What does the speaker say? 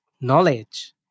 knowledge